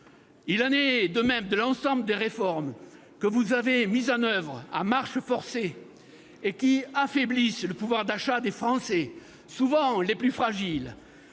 Il en est de même de l'ensemble des réformes que vous avez mises en oeuvre à marche forcée et qui affaiblissent le pouvoir d'achat des Français, souvent les plus fragiles